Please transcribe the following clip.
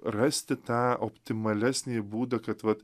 rasti tą optimalesnį būdą kad va